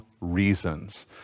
reasons